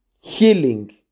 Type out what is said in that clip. healing